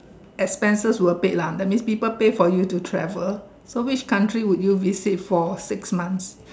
expenses were paid lah that means people pay for you to travel so which country would you visit for six months